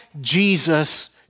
Jesus